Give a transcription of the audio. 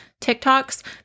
TikToks